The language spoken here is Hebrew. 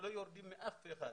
שלא יורדים מאף אחד,